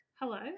Hello